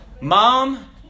Mom